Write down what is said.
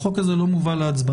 החוק הזה לא מובא להצבעה.